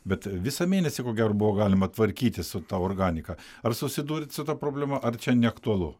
bet visą mėnesį ko gero buvo galima tvarkytis su ta organika ar susidūrėt su ta problema ar čia neaktualu